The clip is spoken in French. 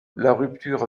rupture